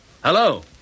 Hello